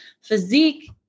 Physique